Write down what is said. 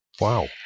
Wow